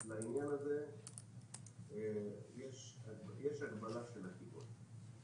אז לעניין הזה יש הגבלה של נחיתות.